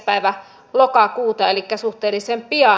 päivä lokakuuta elikkä suhteellisen pian